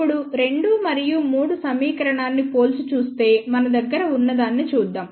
ఇప్పుడు 2 మరియు 3 సమీకరణాన్ని పోల్చి చూస్తే మన దగ్గర ఉన్నదాన్ని చూద్దాం